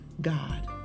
God